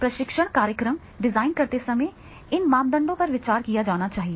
प्रशिक्षण कार्यक्रम डिजाइन करते समय इन मापदंडों पर विचार किया जाना चाहिए